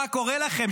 מה קורה לכם,